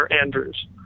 Andrews